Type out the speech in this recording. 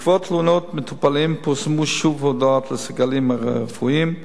בעקבות תלונות מטופלים פורסמו שוב הודעות לסגלים הרפואיים,